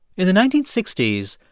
in the nineteen sixty s,